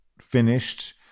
finished